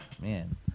man